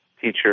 teacher